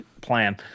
plan